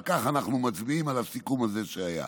על כך אנחנו מצביעים, על הסיכום הזה שהיה.